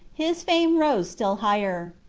his fame rose still higher.